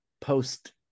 post